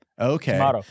Okay